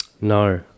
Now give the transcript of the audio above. No